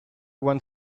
want